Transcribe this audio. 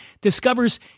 discovers